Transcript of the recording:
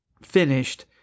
finished